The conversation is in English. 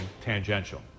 tangential